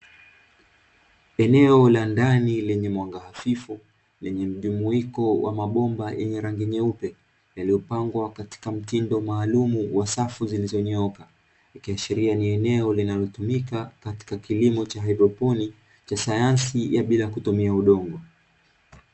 Eneo la ndani lenye mwanga hafifu, lenye mjumuiko wa mabomba yenye rangi nyeupe, yaliyopangwa katika mtindo maalumu wa safu zilizonyooka. Ikiashiria ni eneo linalotumika katika kilimo cha haidroponi, cha sayansi ya bila kutumia udongo.